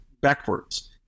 backwards